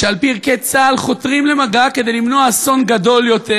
שעל-פי ערכי צה"ל חותרים למגע כדי למנוע אסון גדול יותר,